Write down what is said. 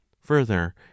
further